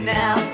now